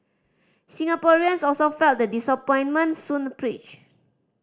Singaporeans also felt the disappointment Soon preached